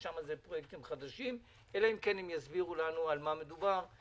את שני הפרויקטים שאין להם תוכנית